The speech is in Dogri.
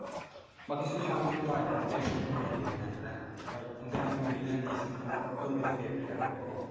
बाकी सुशांत सिंह राजपूत ते मरी गेदे ना इसले पर उं'दे कन्नै मिली ते हैनी सकनां पर ओ्ह मेरे फेवरट ऐ